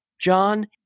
John